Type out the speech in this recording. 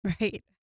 Right